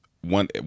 one